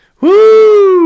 Woo